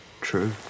True